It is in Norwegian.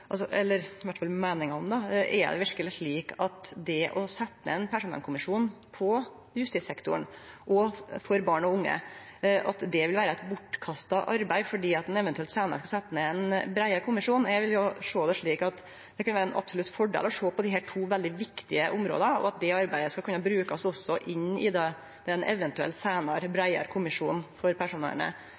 det verkeleg slik at det å setje ned ein personvernkommisjon på justissektoren og ein for barn og unge vil vere bortkasta arbeid fordi ein eventuelt seinare skal setje ned ein breiare kommisjon? Eg vil sjå det slik at det kunne vere ein absolutt fordel å sjå på desse to veldig viktige områda, og at det arbeidet skal kunne brukast også i det ein eventuell seinare, breiare kommisjon for personvernet